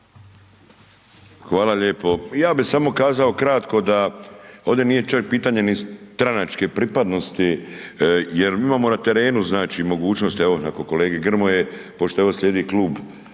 Hvala lijepo, ja bi samo kazao kratko da ovde nije čak pitanje ni stranačke pripadnosti jer mi imamo na terenu znači mogućnost, evo nakon kolege Grmoje, pošto evo slijedi Klub